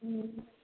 हुँ